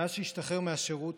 מאז שהשתחרר מהשירות,